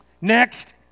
next